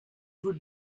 would